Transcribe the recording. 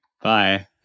Bye